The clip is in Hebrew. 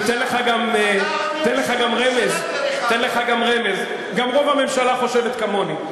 אני אתן לך גם רמז, גם רוב הממשלה חושבת כמוני.